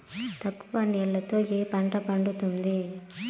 తక్కువ నీళ్లతో ఏ పంట పండుతుంది?